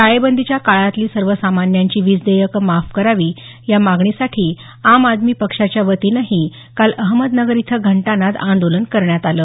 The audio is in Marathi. टाळेबंदीच्या काळातली सर्वसामान्यांची वीज देयकं माफ करावी या मागणीसाठी आम आदमी पक्षाच्या वतीनंही काल अहमदनगर इथं घंटानाद आंदोलन करण्यात आलं